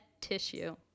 tissue